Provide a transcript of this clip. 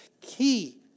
key